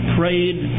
prayed